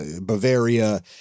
Bavaria